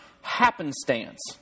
happenstance